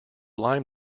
lyme